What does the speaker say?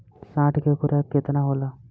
साढ़ के खुराक केतना होला?